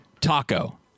taco